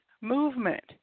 movement